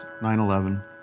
9-11